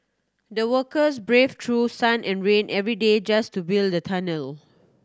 the workers braved through sun and rain every day just to build the tunnel